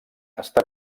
està